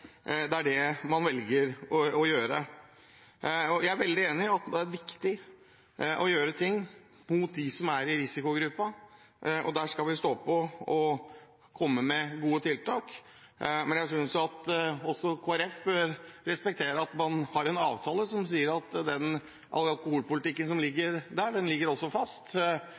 det er det man velger. Jeg er veldig enig i at det er viktig å gjøre ting for dem som er i risikogruppen, og der skal vi stå på og komme med gode tiltak, men jeg synes at Kristelig Folkeparti bør respektere at man har en avtale som sier at alkoholpolitikken ligger fast. Det kommer den til å gjøre, for vi følger den avtalen som